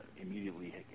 immediately